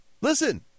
listen